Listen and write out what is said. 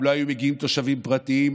אם לא היו מגיעים תושבים פרטיים.